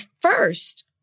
first